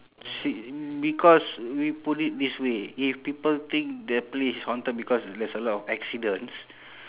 s~ because we put it this way if people think the place is haunted because there's a lot of accidents